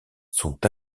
sont